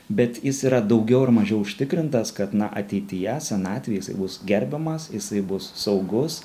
bet jis yra daugiau ar mažiau užtikrintas kad na ateityje senatvėj jisai bus gerbiamas jisai bus saugus